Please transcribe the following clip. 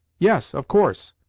yes, of course.